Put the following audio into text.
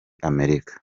amerika